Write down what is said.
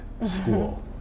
school